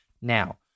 Now